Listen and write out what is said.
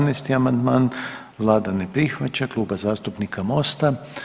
317. amandman vlada ne prihvaća Kluba zastupnika Mosta.